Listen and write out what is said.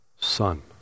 Son